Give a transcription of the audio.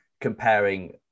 comparing